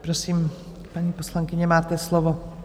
Prosím, paní poslankyně, máte slovo.